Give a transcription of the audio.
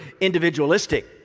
individualistic